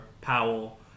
Powell